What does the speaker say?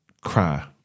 cry